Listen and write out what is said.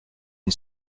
une